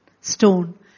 stone